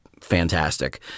fantastic